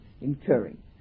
incurring